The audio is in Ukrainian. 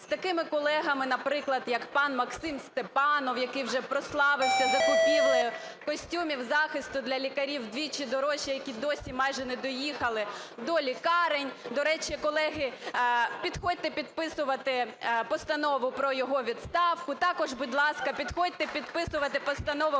з такими колегами, наприклад, як пан Максим Степанов, який вже прославився закупівлею костюмів захисту для лікарів удвічі дорожче, які досі майже не доїхали до лікарень. До речі, колеги, підходьте підписувати постанову про його відставку, також, будь ласка, підходьте підписувати постанову